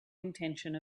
intention